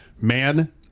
man